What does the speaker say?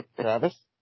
Travis